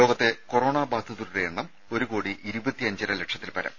ലോകത്തെ കൊറോണ ബാധിതരുടെ എണ്ണം ഒരു കോടി ഇരുപത്തി അഞ്ചര ലക്ഷത്തിൽപ്പരം